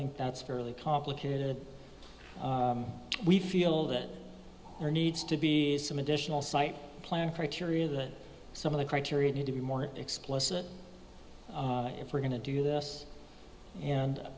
think that's fairly complicated we feel that there needs to be some additional site plan criteria that some of the criteria need to be more explicit if we're going to do this and